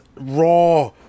raw